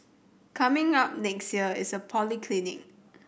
coming up next year is a polyclinic